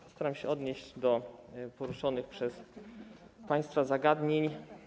Postaram się odnieść do poruszonych przez państwa zagadnień.